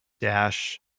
dash